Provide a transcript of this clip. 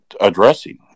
addressing